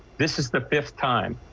this is the fifth time.